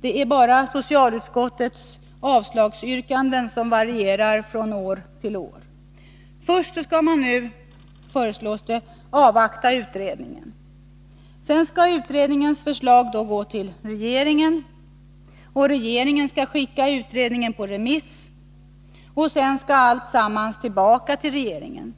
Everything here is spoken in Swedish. Det är bara socialutskottets avslagsyrkanden som varierar från år till år. Först skall man nu, föreslås det, avvakta utredningen. Sedan skall utredningens förslag gå till regeringen, regeringen skall skicka utredningen på remiss, och sedan skall alltsammans tillbaka till regeringen.